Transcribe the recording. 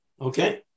Okay